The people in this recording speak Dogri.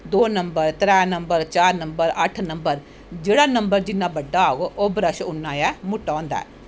दो नंबर त्रै नंबरचार नंबर अट्ठ नंबर जेह्ड़ा नंबर जिन्ना बड्डा होग ओह् ब्रश उन्ना गै मुट्टा होंदा ऐ